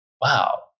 wow